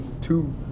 two